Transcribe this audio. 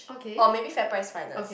or maybe Fairprice-Finest